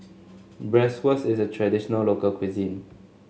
bratwurst is a traditional local cuisine